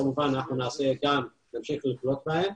כמובן נמשיך לקלוט בהן.